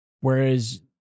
whereas